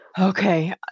okay